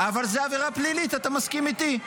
קורה, אבל זאת עבירה פלילית, אתה מסכים איתי?